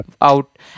out